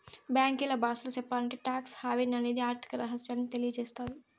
బ్యాంకీల బాసలో సెప్పాలంటే టాక్స్ హావెన్ అనేది ఆర్థిక రహస్యాన్ని తెలియసేత్తది